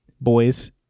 boys